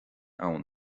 abhainn